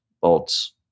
bolts